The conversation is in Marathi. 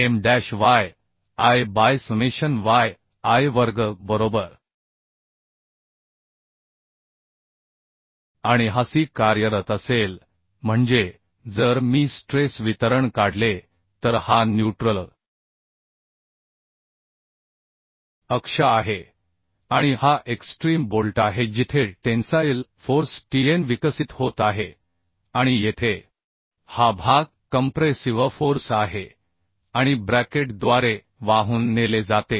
M dash yi by summation yi वर्ग बरोबर आणि हा C कार्यरत असेल म्हणजे जर मी स्ट्रेस वितरण काढले तर हा न्यूट्रल अक्ष आहे आणि हा एक्स्ट्रीम बोल्ट आहे जिथे टेन्साइल फोर्स Tn विकसित होत आहे आणि येथे हा भाग कंप्रेसिव्ह फोर्स आहे आणि ब्रॅकेट द्वारे वाहून नेले जाते